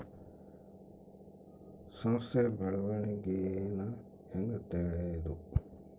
ಸಂಸ್ಥ ಬೆಳವಣಿಗೇನ ಹೆಂಗ್ ತಿಳ್ಯೇದು